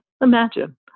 imagine